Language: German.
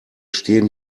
stehen